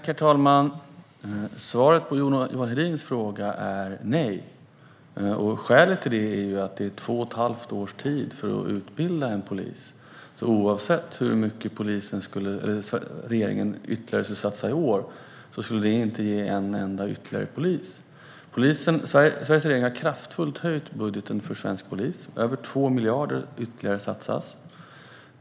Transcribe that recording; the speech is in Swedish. Herr talman! Svaret på Johan Hedins fråga är nej. Skälet till det är att det tar två och ett halvt år att utbilda en polis. Oavsett hur mycket mer regeringen skulle satsa på polisen i år skulle det alltså inte ge en enda ytterligare polis. Sveriges regering har kraftfullt höjt budgeten för svensk polis - över 2 miljarder ytterligare satsas.